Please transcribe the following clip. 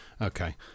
Okay